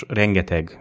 rengeteg